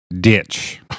ditch